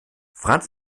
franz